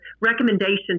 recommendations